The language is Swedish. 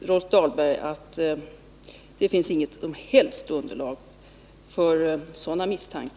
Rolf Dahlberg. Det finns inget som helst underlag för sådana misstankar.